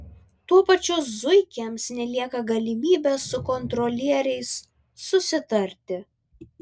tuo pačiu zuikiams nelieka galimybės su kontrolieriais susitarti